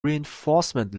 reinforcement